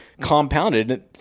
compounded